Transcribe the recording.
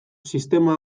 sistema